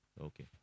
Okay